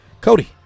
Cody